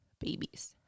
babies